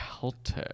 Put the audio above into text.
Celtic